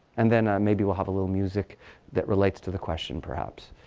and then, maybe we'll have a little music that relates to the question perhaps.